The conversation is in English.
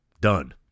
done